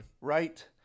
right